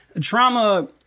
trauma